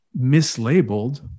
mislabeled